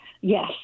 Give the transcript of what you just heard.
yes